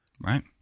Right